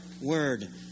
word